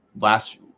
last